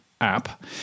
app